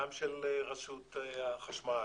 גם של רשות החשמל,